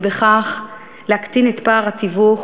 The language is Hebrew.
ובכך להקטין את פער התיווך